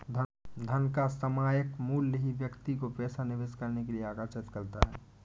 धन का सामायिक मूल्य ही व्यक्ति को पैसा निवेश करने के लिए आर्कषित करता है